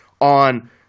on –